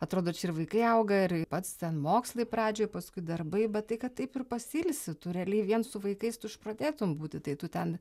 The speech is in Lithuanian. atrodo čia ir vaikai auga ir ir pats ten mokslai pradžioj paskui darbai bet tai kad taip ir pasiilsi tu realiai vien su vaikais tu išprotėtum būti tai tu ten